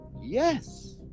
Yes